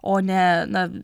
o ne na